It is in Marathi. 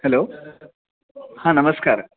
हॅलो हां नमस्कार